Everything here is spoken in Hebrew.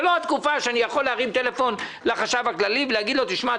זה לא תקופה שאני יכול להתקשר בטלפון לחשב הכללי ולהגיד לו: תשמע,